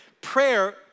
Prayer